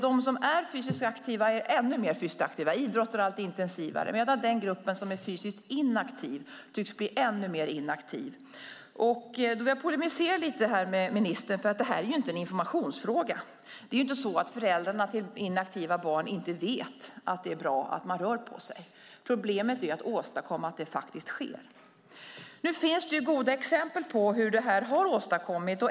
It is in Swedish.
De som är fysiskt aktiva är ännu mer fysiskt aktiva, idrottar allt intensivare, medan den grupp som är fysiskt inaktiv tycks bli ännu mer inaktiv. Här vill jag polemisera lite mot ministern: Detta är inte en informationsfråga. Det är inte så att föräldrarna till inaktiva barn inte vet att det är bra att röra på sig. Problemet är att åstadkomma att det faktiskt sker. Nu finns det goda exempel på hur detta har åstadkommits.